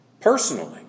Personally